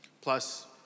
Plus